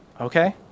Okay